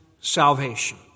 salvation